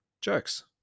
jokes